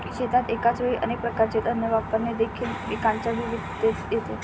शेतात एकाच वेळी अनेक प्रकारचे धान्य वापरणे देखील पिकांच्या विविधतेत येते